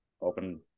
open